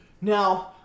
now